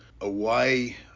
away